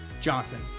Johnson